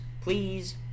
Please